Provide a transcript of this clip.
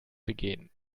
begehen